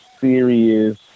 serious